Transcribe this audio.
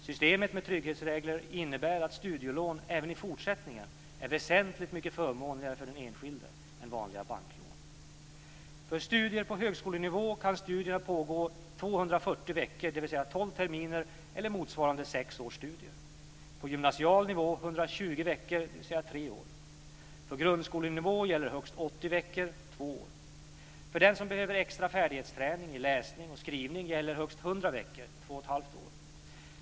Systemet med trygghetsregler innebär att studielån även i fortsättningen är väsentligt mycket förmånligare för den enskilde än vanliga banklån. Studier på högskolenivå kan pågå 240 veckor, dvs. 12 terminer eller motsvarande sex års studier. På gymnasial nivå kan de pågå 120 veckor, dvs. tre år. För den som behöver extra färdighetsträning i läsning och skrivning gäller högst 100 veckor, dvs. två och ett halvt år.